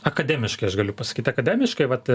akademiškai aš galiu pasakyti akademiškai vat